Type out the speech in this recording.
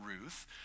Ruth